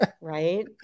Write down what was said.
Right